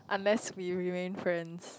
unless we remain friends